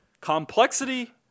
Complexity